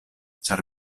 ĉar